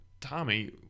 Tommy